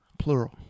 Plural